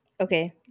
Okay